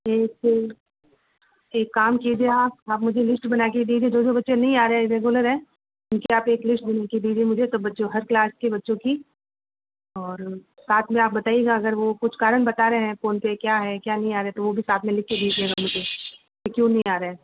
ठीक एक काम कीजिए आप आप मुझे लिस्ट बना कर दे दीजिए जो जो बच्चे नहीं आ रहे है रेगुलर हैं उसकी आप एक लिस्ट बना के दे दीजिए मुझे सब बच्चों हर क्लास के बच्चों की और साथ मे आप बताइएगा अगर वो कुछ कारण बता रहे हैं फोन पे क्या है क्या नहीं आ रहे तो वो भी साथ मे लिख के दीजिएगा मुझे क्यों नहीं आ रहे